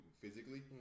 physically